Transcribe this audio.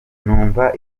numva